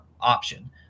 option